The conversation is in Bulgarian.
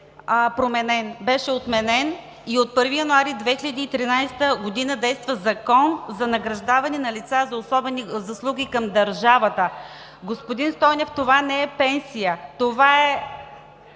беше отменен и от 1 януари 2013 г. действа Законът за награждаване на лица за особени заслуги към държавата. Господин Стойнев, това не е пенсия. Това е